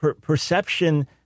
perception